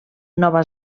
nova